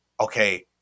okay